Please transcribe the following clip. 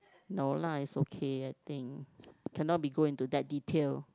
no lah it's okay I think cannot be go into that detail